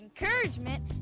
encouragement